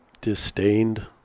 disdained